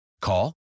Call